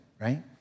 right